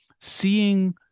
seeing